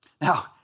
Now